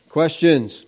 questions